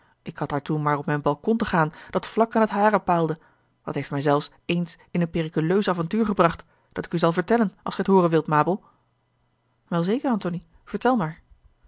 ik had daartoe maar op mijn balkon te gaan dat vlak aan het hare osboom oussaint paalde dat heeft mij zelfs eens in een periculeus avontuur gebracht dat ik u zal vertellen als gij t hooren wilt mabel wel zeker antony vertel maar